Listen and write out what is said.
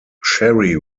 sherry